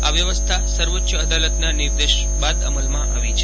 આ વ્યવસ્થા સર્વોચ્ચ અદાલતના નિર્દેશ બાદ અમલમાં આવી છે